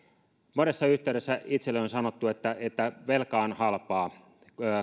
monessa yhteydessä itselleni on sanottu että että velka on halpaa